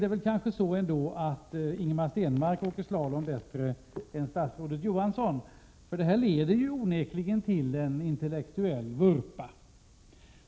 Det är nog ändå så att Ingemar Stenmark åker slalom bättre än statsrådet Johansson. Resonemanget leder onekligen till en intellektuell vurpa.